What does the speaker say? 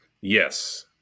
Yes